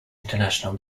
international